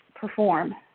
perform